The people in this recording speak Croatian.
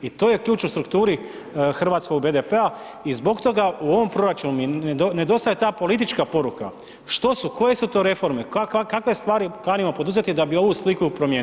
I to je ključ u strukturi hrvatskog BDP-a i zbog toga u ovom proračunu mi nedostaje ta politička poruka što su, koje su to reforme, kakve stvari kanimo poduzeti da bi ovu sliku promijenili.